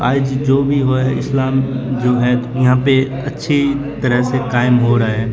آج جو بھی ہو ہے اسلام جو ہے یہاں پہ اچھی طرح سے قائم ہو رہا ہے